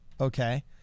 okay